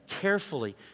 carefully